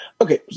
Okay